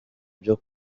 byo